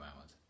hours